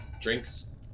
drinks